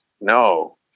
no